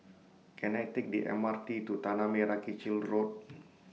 Can I Take The M R T to Tanah Merah Kechil Road